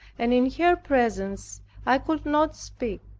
and in her presence i could not speak.